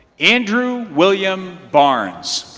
andrew william barnes.